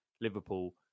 Liverpool